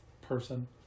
person